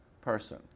person